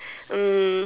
um